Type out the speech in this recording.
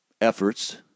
efforts